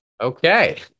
Okay